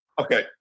Okay